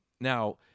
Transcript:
Now